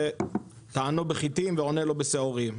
זה טענו בחיטים ועונה לו בשעורים.